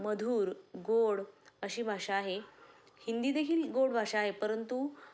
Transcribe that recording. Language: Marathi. मधुर गोड अशी भाषा आहे हिंदीदेखील गोड भाषा आहे परंतु